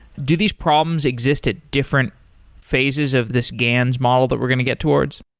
do these problems exist at different phases of this gans model that we're going to get towards?